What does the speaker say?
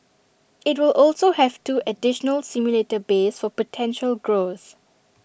IT will also have two additional simulator bays for potential growth